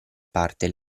parte